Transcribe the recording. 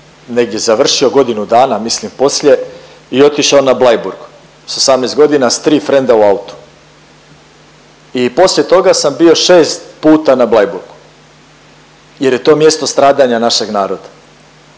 negdje završio, godinu dana mislim poslije i otišao na Bleiburg s 18 godina s 3 frenda u autu i poslije toga sam bio 6 puta na Bleiburgu jer je to mjesto stradanja našeg naroda.